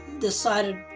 decided